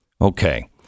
Okay